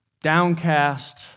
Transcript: downcast